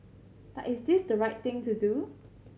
but is this the right thing to do